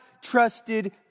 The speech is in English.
trusted